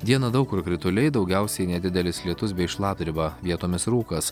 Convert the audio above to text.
dieną daug kur krituliai daugiausiai nedidelis lietus bei šlapdriba vietomis rūkas